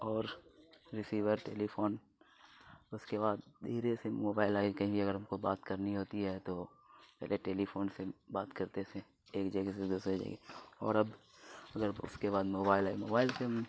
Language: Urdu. اور ریسیور ٹیلی فون اس کے بعد دھیرے سے موبائل آئی کہیں اگر ہم کو بات کرنی ہوتی ہے تو پہلے ٹیلی فون سے بات کرتے تھے ایک جگہ سے دوسرے جگہ اور اب اگر اس کے بعد موبائل آئی موبائل سے